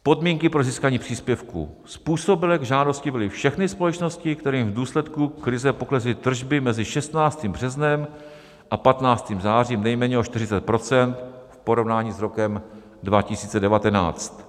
Podmínky pro získání příspěvku: Způsobilé k žádosti byly všechny společnosti, kterým v důsledku krize poklesly tržby mezi 16. březnem a 15. zářím nejméně o 40 % v porovnání s rokem 2019.